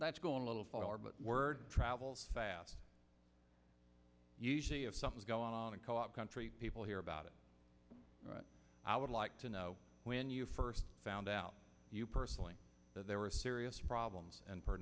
that's going a little far but word travels fast usually if something's going on and co op country people hear about it i would like to know when you first found out you personally that there were serious problems and